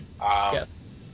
yes